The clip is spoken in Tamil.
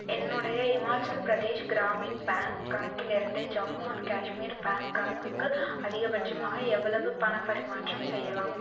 என்னுடைய இமாச்சல் ப்ரதேஷ் கிராமின் பேங்க் கணக்கிலிருந்து ஜம்மு அன் கேஷ்மீர் பேங்க் கணக்குக்கு அதிகபட்சமாக எவ்வளவு பணப்பரிமாற்றம் செய்யலாம்